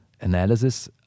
analysis